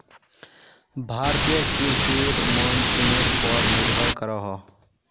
भारतीय कृषि मोंसूनेर पोर निर्भर करोहो